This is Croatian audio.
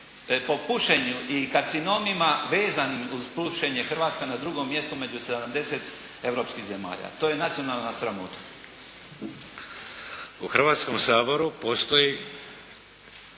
po pušenju i karcinomima vezanim uz pušenje, Hrvatska na drugom mjestu među sedamdeset europskih zemalja. To je nacionalna sramota. **Šeks, Vladimir